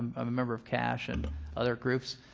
i'm a member of cash and other groups.